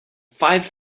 five